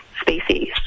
species